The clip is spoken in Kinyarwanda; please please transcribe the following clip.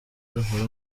gahoro